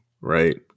Right